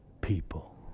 people